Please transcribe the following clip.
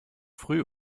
früh